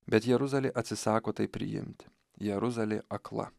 bet jeruzalė atsisako tai priimti jeruzalė akla